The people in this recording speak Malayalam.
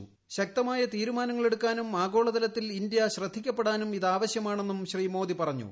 അക്തമായ തീരുമാനങ്ങളെടുക്കാനും ആഗോളതലത്തിൽ ഇന്ത്യ ശ്രദ്ധിക്കപ്പെടാനും ഇതാവശൃമാണെന്നും ശ്രീ മോദി പറഞ്ഞു